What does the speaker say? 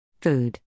Food